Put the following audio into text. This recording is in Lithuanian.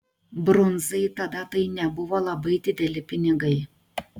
brundzai tada tai nebuvo labai dideli pinigai